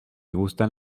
gustan